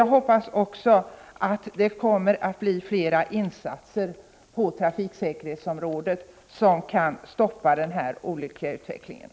Jag hoppas också att det kommer att göras fler insatser på trafiksäkerhetsområdet som kan stoppa olycksutvecklingen.